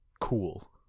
cool